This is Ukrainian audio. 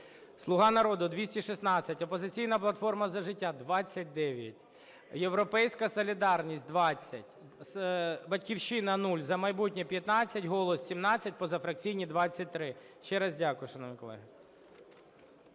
"Слуга народу" – 216, "Опозиційна платформа – За життя" – 29, "Європейська солідарність" – 20, "Батьківщина" – 0, "За майбутнє" – 15, "Голос" – 17, позафракційні – 23. Ще раз дякую, шановні колеги.